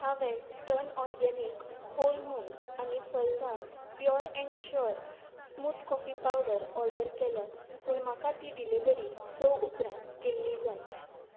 हांवें turn organic whole मूंग आनी Phalada pure and sure smooth coffee powder order केल्यात पूण म्हाका ती डिलिव्हरी स उपरांत केल्ली जाय